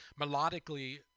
melodically